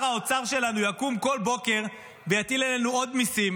האוצר שלנו יקום כל בוקר ויטיל עלינו עוד מיסים